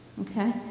Okay